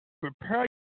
Prepare